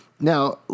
Now